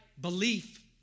Belief